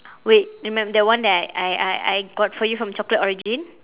wait remem~ that one that I I I I got for you from chocolate origin